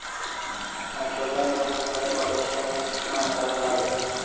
nitrogen, phosphorus आणि potassium हे सूक्ष्म अन्नद्रव्ये आहेत